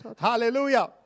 Hallelujah